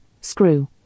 screw